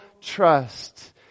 trust